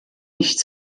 nicht